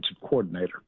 coordinator